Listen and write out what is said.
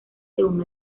según